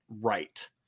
Right